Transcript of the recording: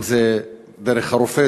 אם זה דרך הרופא,